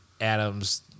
Adams